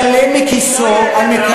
ישלם מכיסו, לא יעלה על הדעת.